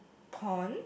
pond